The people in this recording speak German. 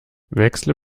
wechsle